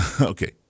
Okay